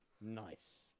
nice